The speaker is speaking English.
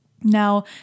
Now